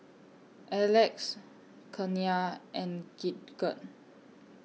Alex Kenia and Gidget